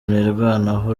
nirwanaho